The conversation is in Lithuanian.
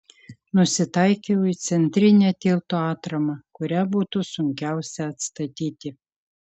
nusitaikiau į centrinę tilto atramą kurią būtų sunkiausia atstatyti